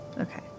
okay